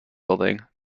building